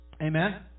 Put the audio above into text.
Amen